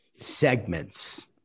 segments